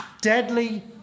deadly